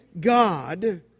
God